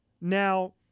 Now